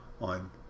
on